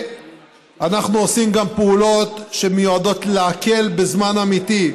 אנחנו עושים גם פעולות שמיועדות להקל בזמן אמיתי.